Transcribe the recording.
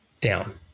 down